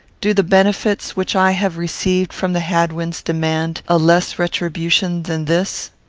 do the benefits which i have received from the hadwins demand a less retribution than this?